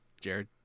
jared